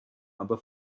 aber